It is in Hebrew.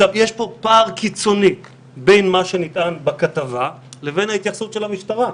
יש פה פער קיצוני בין מה שנטען בכתבה לבין ההתייחסות של המשטרה.